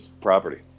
property